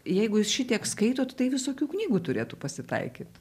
jeigu jūs šitiek skaitot tai visokių knygų turėtų pasitaikyt